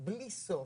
בלי סוף.